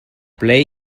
play